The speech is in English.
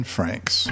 Franks